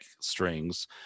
strings